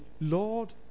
Lord